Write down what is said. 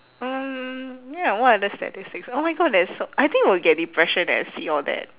mm ya what other statistics oh my god there is so I think will get depression eh see all that